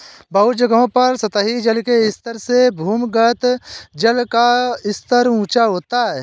बहुत जगहों पर सतही जल के स्तर से भूमिगत जल का स्तर ऊँचा होता है